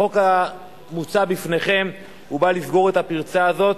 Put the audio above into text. החוק המוצע בפניכם בא לסגור את הפרצה הזאת.